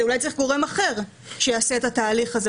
אולי צריך גורם אחר שיעשה את התהליך הזה,